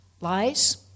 lies